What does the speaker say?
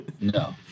no